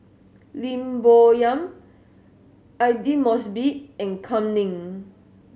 Lim Bo Yam Aidli Mosbit and Kam Ning